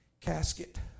casket